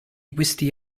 questi